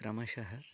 क्रमशः